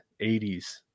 80s